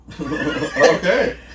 Okay